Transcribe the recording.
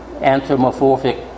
anthropomorphic